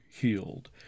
healed